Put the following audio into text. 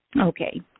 Okay